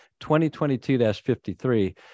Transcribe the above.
2022-53